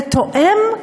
ותואם,